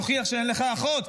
תוכיח שאין לך אחות,